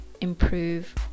improve